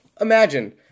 imagine